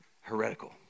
Heretical